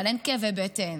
אבל אין כאבי בטן,